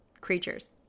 creatures